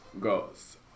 goes